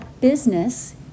business